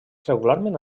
regularment